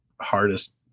hardest